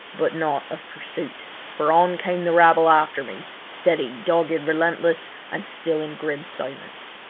but not of pursuit, for on came the rabble after me, steady, dogged, relentless, and still in grim silence.